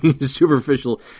superficial